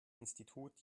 institut